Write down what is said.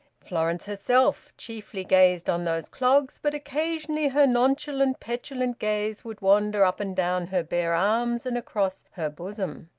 florence herself chiefly gazed on those clogs, but occasionally her nonchalant petulant gaze would wander up and down her bare arms and across her bosom.